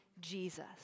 Jesus